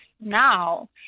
now